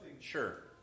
Sure